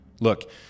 Look